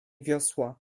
wiosła